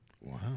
Wow